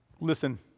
Listen